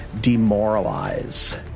demoralize